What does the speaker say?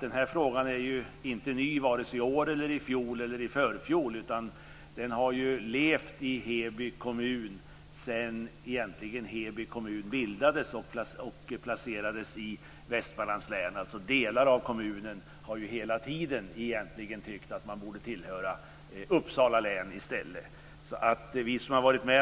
Den här frågan är inte ny i år och var det inte heller i fjol eller i förfjol, utan den har levt i Heby kommun egentligen sedan Heby kommun bildades och placerades i Västmanlands län. Egentligen har ju delar av kommunen hela tiden tyckt att man i stället borde tillhöra Uppsala län. Vi som har varit med